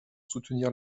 soutenir